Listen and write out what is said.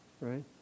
right